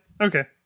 Okay